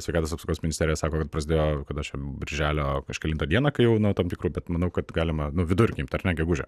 sveikatos apsaugos ministerija sako kad prasidėjo kada čia birželio kažkelintą dieną kai jau nuo tam tikro bet manau kad galima nu vidurkį imt ar ne gegužę